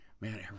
man